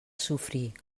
sofrir